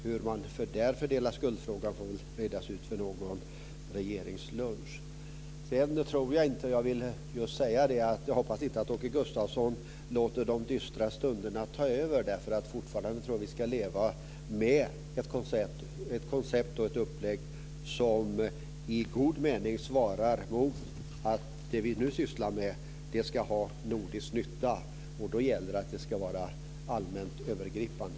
Hur man där fördelar skuldfrågan får väl redas ut vid någon regeringslunch. Jag hoppas vidare att Åke Gustavsson inte låter de dystra stunderna ta över. Jag tror att vi fortfarande ska leva med ett upplägg som i god mening svarar mot att det som vi nu sysslar med ska ha nordisk nytta, och då ska det vara allmänt övergripande.